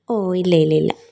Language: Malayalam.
ഓ ഇല്ല ഇല്ല ഇല്ല